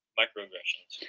microaggressions